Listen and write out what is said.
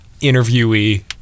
interviewee